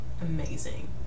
Amazing